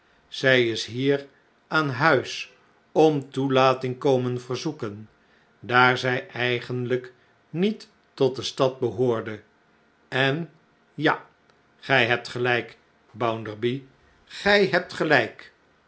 zij is hier aan huis om toelating komen verzoeken daar zij eigenlijk niet tot de stad behoorde en ja gij hebt gelijk bounderby gij hebt gelijk